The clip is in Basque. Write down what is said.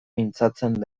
mintzatzen